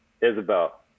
isabel